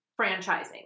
franchising